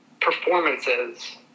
performances